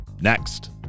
next